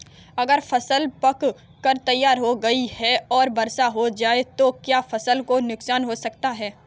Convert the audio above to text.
अगर फसल पक कर तैयार हो गई है और बरसात हो जाए तो क्या फसल को नुकसान हो सकता है?